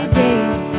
days